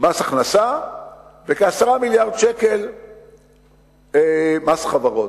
מס הכנסה וכ-10 מיליארדי שקל מס חברות.